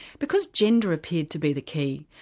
because gender appeared to be the key,